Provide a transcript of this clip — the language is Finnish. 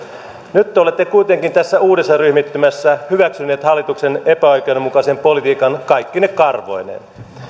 nyt te olette kuitenkin tässä uudessa ryhmittymässä hyväksyneet hallituksen epäoikeudenmukaisen politiikan kaikkine karvoineen